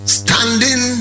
standing